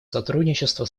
сотрудничества